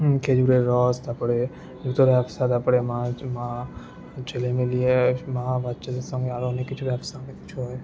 খেজুরের রস তারপরে জুতোর ব্যবসা তারপরে মাছ মা ছেলে মিলিয়ে মা বাচ্চাদের সঙ্গে আরও অনেক কিছু ব্যবসা অনেক কিছু হয়